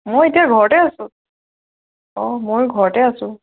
মই এতিয়া ঘৰতে আছোঁ অঁ মই ঘৰতে আছোঁ